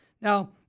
Now